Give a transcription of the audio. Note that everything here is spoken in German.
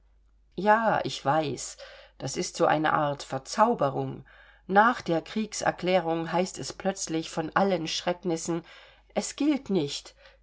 ja ich weiß das ist so eine art verzauberung nach der kriegserklärung heißt es plötzlich von allen schrecknissen es gilt nicht